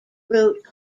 route